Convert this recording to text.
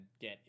get